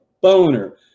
boner